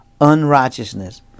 unrighteousness